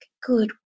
good